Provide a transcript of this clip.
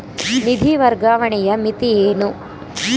ನಿಧಿ ವರ್ಗಾವಣೆಯ ಮಿತಿ ಏನು?